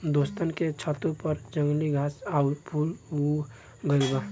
दोस्तन के छतों पर जंगली घास आउर फूल उग गइल बा